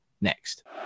next